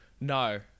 No